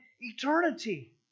eternity